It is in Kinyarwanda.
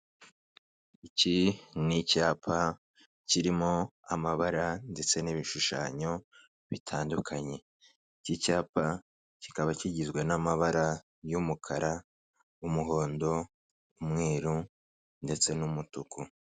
Iki ni icyapa kirimo amabara ndetse n'ibishushanyo bitandukanye, iki cyapa kikaba kigizwe n'amabara y'umukara, umuhondo, umweru ndetse n'umutuku.